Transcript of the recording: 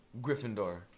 Gryffindor